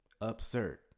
Absurd